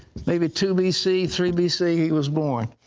maybe, two bc, three bc, he was born.